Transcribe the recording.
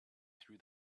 threw